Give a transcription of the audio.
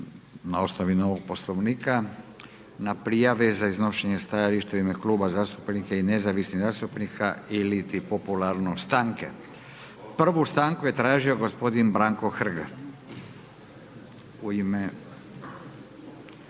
na osnovi novog Poslovnika na prijave za iznošenje stajališta u ime Kluba zastupnika i nezavisnih zastupnika ili ti popularno stanke. **Radin, Furio (Nezavisni)** Iscrpili smo